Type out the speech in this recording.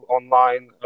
online